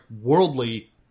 worldly